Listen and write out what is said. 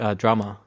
drama